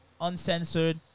uncensored